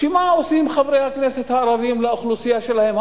בעצם מה עושים חברי הכנסת הערבים לאוכלוסייה שלהם.